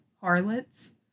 Harlots